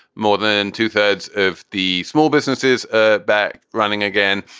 more than two thirds of the small businesses ah back running again.